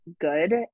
good